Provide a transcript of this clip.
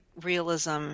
realism